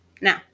Now